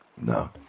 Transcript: No